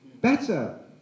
Better